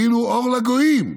היינו אור לגויים,